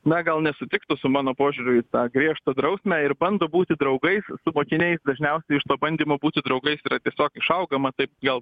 na gal nesutiktų su mano požiūriu į tą griežtą drausmę ir bando būti draugais su mokiniais dažniausiai iš to bandymo būti draugais yra tiesiog išaugama taip gal